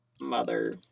mother